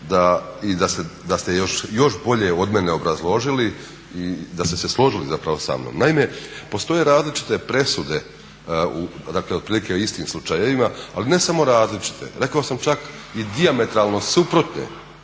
da ste još bolje od mene obrazložili i da ste se složili zapravo sa mnom. Naime, postoje različite presude, dakle otprilike o istim slučajevima, ali ne samo različite. Rekao sam čak i dijametralno suprotne